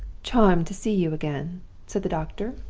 charmed to see you again said the doctor,